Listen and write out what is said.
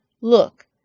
look